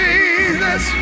Jesus